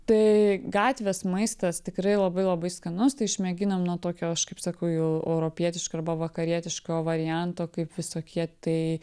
tai gatvės maistas tikrai labai labai skanus tai išmėginom na tokio aš kaip sakau jau europietiško arba vakarietiško varianto kaip visokie tai